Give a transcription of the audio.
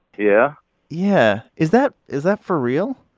yeah yeah. is that is that for real?